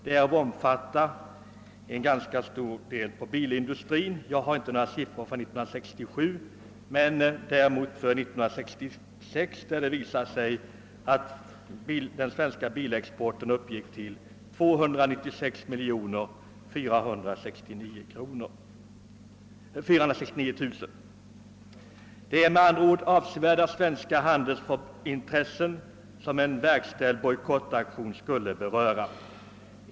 Bilindustrin svarade för en stor del av denna export. Jag har inte några siffror för bilexporten under 1967, men under år 1966 uppgick vår bilexport till USA till ett värde av 296 469 000 kronor. Det är med andra ord avsevärda svenska handelsintressen som en verkställd bojkottaktion skulle beröra.